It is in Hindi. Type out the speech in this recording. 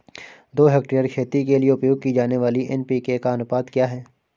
दो हेक्टेयर खेती के लिए उपयोग की जाने वाली एन.पी.के का अनुपात क्या है?